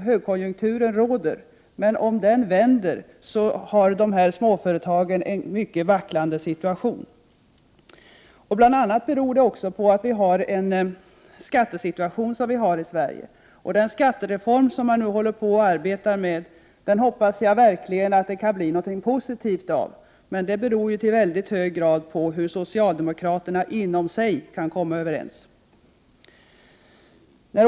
högkonjunktur, men om den vänder får småföretagen en vacklande ställning. Det beror bl.a. på det skattesystem som vi har i Sverige. Jag hoppas verkligen att det kan bli någonting positivt av den skattereform som man nu håller på att utarbeta. Men det beror ju i mycket hög grad på hur socialdemokraterna kan komma överens sinsemellan.